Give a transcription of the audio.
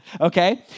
okay